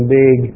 big